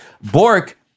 Bork